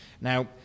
Now